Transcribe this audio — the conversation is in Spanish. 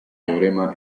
teorema